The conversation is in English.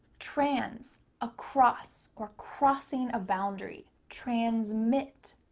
trans, across or crossing a boundary. transmit,